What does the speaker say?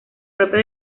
propio